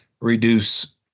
reduce